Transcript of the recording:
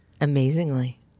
Amazingly